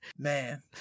Man